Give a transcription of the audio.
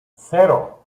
cero